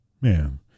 man